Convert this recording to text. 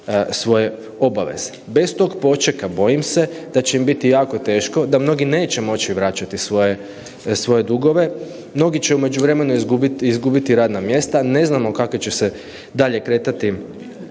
svoje obaveze. Bez tog počeka bojim se da će im biti jako teško, da mnogi neće moći vraćati svoje dugove, mnogi će u međuvremenu izgubiti radna mjesta, ne znamo kako će se dalje kretati